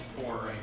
four